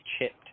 chipped